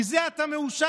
מזה אתה מאושר?